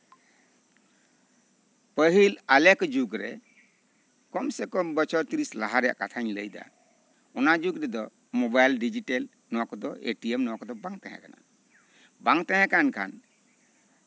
ᱯᱟᱹᱦᱤᱞ ᱟᱞᱮ ᱠᱚ ᱡᱩᱜᱽ ᱨᱮ ᱠᱚᱢ ᱥᱮ ᱠᱚᱢ ᱵᱚᱪᱷᱚᱨ ᱛᱚᱨᱤᱥ ᱞᱟᱦᱟ ᱨᱮᱭᱟᱜ ᱠᱟᱛᱷᱟᱧ ᱞᱟᱹᱭᱮᱫᱟ ᱚᱱᱟ ᱡᱩᱜᱽ ᱨᱮᱫᱚ ᱢᱳᱵᱟᱭᱤᱞ ᱰᱤᱡᱤᱴᱮᱞ ᱮᱴᱤᱭᱮᱢ ᱱᱚᱶᱟ ᱠᱚᱫᱚ ᱵᱟᱝ ᱛᱟᱦᱮᱸ ᱠᱟᱱᱟ ᱵᱟᱝ ᱛᱟᱦᱮᱸ ᱠᱟᱱ ᱠᱷᱟᱱ